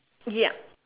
ya